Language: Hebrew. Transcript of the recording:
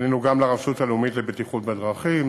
פנינו גם לרשות הלאומית לבטיחות בדרכים